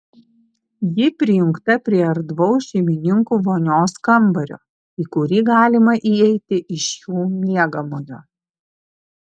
ji prijungta prie erdvaus šeimininkų vonios kambario į kurį galima įeiti iš jų miegamojo